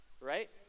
right